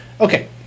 okay